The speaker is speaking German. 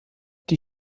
die